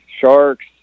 sharks